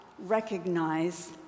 recognize